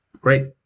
great